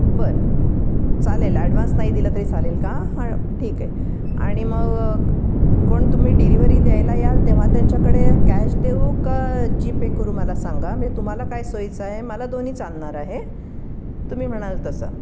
बरं चालेल ॲडव्हान्स नाही दिला तरी चालेल का हा ठीक आहे आणि मग कोण तुम्ही डिलिवरी द्यायला याल तेव्हा त्यांच्याकडे कॅश देऊ का जी पे करू मला सांगा मी तुम्हाला काय सोईचं आहे मला दोन्ही चालणार आहे तुम्ही म्हणाल तसं